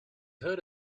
heard